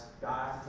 God